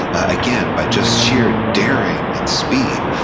again, by just sheer daring and speed.